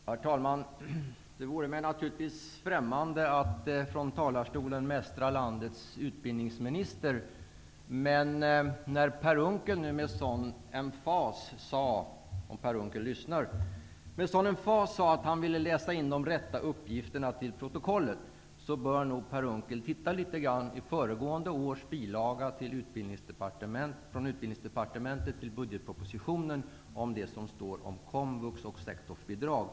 Herr talman! Det vore mig naturligtvis främmande att från talarstolen mästra landets utbildningsminister. Men när Per Unckel nu sade med sådan emfas att han ville läsa in de rätta uppgifterna till protokollet, bör nog Per Unckel titta litet grand i föregående års bilaga från Utbildningsdepartementet till budgetpropositionen om det som står om komvux och sektorsbidrag.